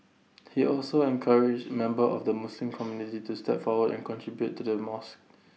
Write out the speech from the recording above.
he also encouraged members of the Muslim community to step forward and contribute to the mosque